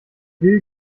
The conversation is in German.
will